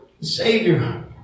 Savior